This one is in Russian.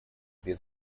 без